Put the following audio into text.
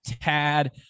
Tad